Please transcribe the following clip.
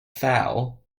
foul